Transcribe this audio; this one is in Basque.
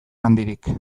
handirik